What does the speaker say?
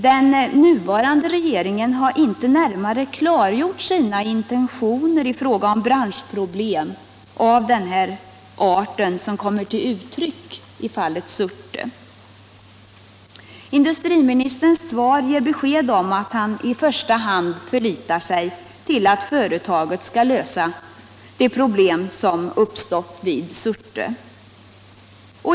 Den nuvarande regeringen har inte närmare klargjort sina intentioner i fråga om branschproblem av den art som kommer till uttryck i fallet Surte. Industriministerns svar ger besked om att han i första hand förlitar sig på att företaget skall lösa de problem som uppstått i Surte.